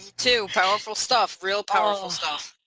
too powerful stuff real powerful stuff.